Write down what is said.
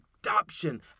adoption